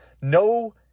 no